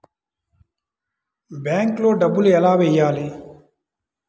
బ్యాంక్లో డబ్బులు ఎలా వెయ్యాలి?